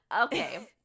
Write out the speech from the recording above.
Okay